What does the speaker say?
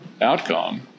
outcome